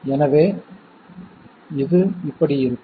எனவே இது இப்படி இருக்கும்